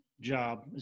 job